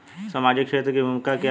सामाजिक क्षेत्र की भूमिका क्या है?